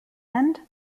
end